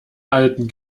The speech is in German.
alten